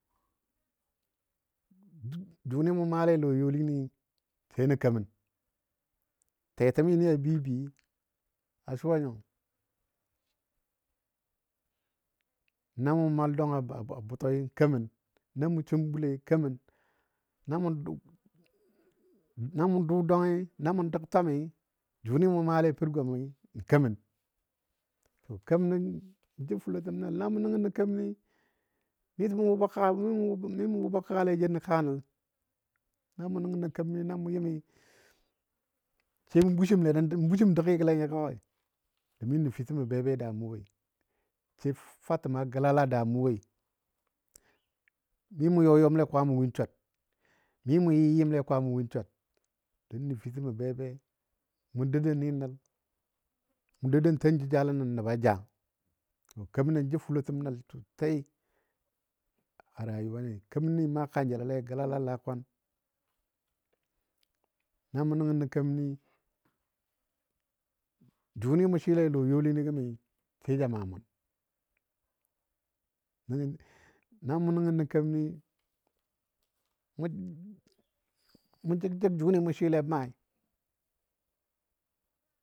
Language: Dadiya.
Jʊni mʊ maale a lɔ youlini sai nə kemən, tetəmi ni a bəi bəi a suwa. nyo na mʊ mal dwang a bʊtɔi kəmən, na mʊ sum bulei kemən, na mʊ dʊ dwangi na mʊ dəg twami jʊni mʊ maale pər gwami n kemən. To kemənɔ jə fulotəm nəl, na mʊ nəngənɔ keməni miso mʊ wʊba mi mʊ wʊba kəgale jənɔ kaa nəl. Na mʊ nəngənə keməni na mʊ yɨmi sai mʊ bushimle nə bushim dəgigɔle nyo kawai, domin nəfitəmə be be a daa mʊ woi. Sai fatəmo gəlala daa mʊ woi. Mi mʊ yɔ yɔmle kwamo win swar. Mi mʊ yɨ yɨmle kwamo win swar don nəfitəmmə be be, mʊ dou dou ni nəl, mʊ dou dou n ten jəjalen nən nəba ja. To kemənɔ jə fulotəm nəl sosai a rayuwani, kemənni maa kanjəlole a gəlala a lakwan. Na mʊ nəngənə keməni jʊni mʊ swɨ a lɔ youlini gəmi sai ja maa mʊn. Nəngɔ na mʊ nəngnɔ keməni mʊ mʊ jəg- jəg jʊni mʊ swɨle maai.